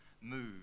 move